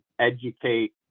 educate